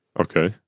Okay